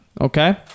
Okay